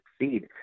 succeed